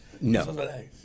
No